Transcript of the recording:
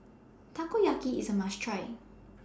Takoyaki IS A must Try